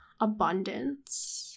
abundance